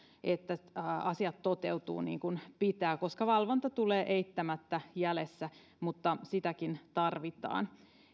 että asiat toteutuvat niin kuin pitää koska valvonta tulee eittämättä jäljessä mutta sitäkin tarvitaan